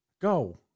Go